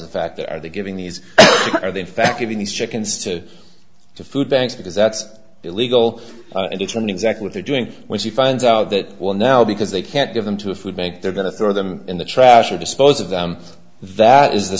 a factor are they giving these are they in fact giving these chickens to the food banks because that's illegal and determine exactly what they're doing when she finds out that well now because they can't give them to a food bank they're going to throw them in the trash or dispose of them that is the